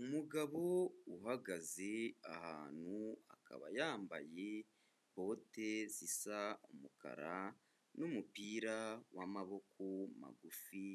Umugabo uhagaze ahantu akaba yambaye bote zisa umukara, n'umupira w'amaboko magufi